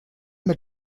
mit